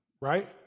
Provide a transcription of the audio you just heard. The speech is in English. right